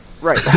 Right